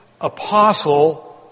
apostle